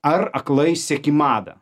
ar aklai seki madą